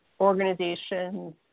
organizations